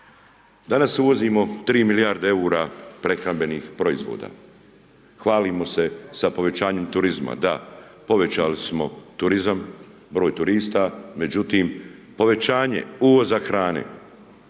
Danas uvozimo tri milijarde eura prehrambenih proizvoda, hvalimo se sa povećanjem turizma, da, povećali smo turizam, broj turista, međutim, povećanje uvoza hrane